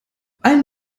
allen